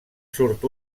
surt